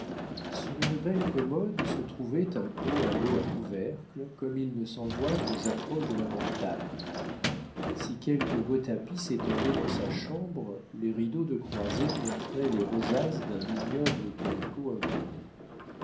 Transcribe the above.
sur une belle commode se trouvait un pot à l'eau à couvercle comme il ne s'en voit qu'aux approches de la bretagne si quelque beau tapis s'étendait dans sa chambre les rideaux de croisée montraient les rosaces d'un ignoble calicot imprimé